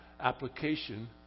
application